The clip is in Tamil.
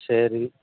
சரி